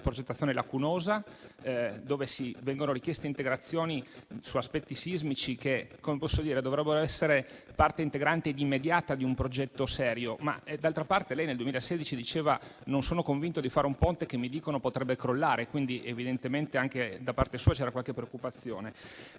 progettazione lacunosa, dove vengono richieste integrazioni su aspetti sismici che dovrebbero essere parte integrante ed immediata di un progetto serio. D'altra parte, lei, nel 2016, diceva che non era convinto di fare un Ponte che, le dicevano, potrebbe crollare. Quindi, evidentemente anche da parte sua vi era qualche preoccupazione.